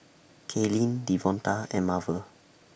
Kaylyn Devonta and Marvel